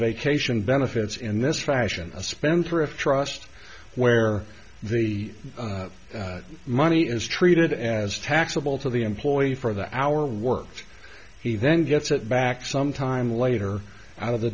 vacation benefits in this fashion a spendthrift trust where the money is treated as taxable to the employee for the hour work he then gets it back some time later out of the